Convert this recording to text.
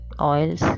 oils